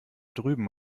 drüben